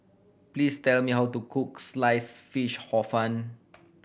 please tell me how to cook Sliced Fish Hor Fun